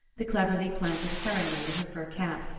the cleverly planted heron wing in her fur cap,